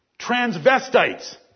transvestites